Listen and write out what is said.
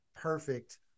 perfect